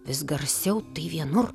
vis garsiau tai vienur